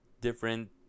different